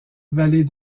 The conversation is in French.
vallée